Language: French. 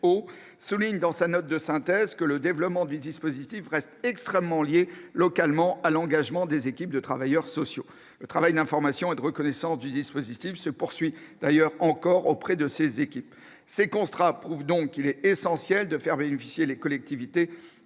souligne dans sa note de synthèse que le développement du dispositif reste très lié localement à l'engagement des équipes de travailleurs sociaux. Le travail d'information et de reconnaissance du dispositif se poursuit d'ailleurs encore auprès de ces équipes. Ces constats prouvent qu'il est primordial de faire bénéficier ces collectivités